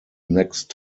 next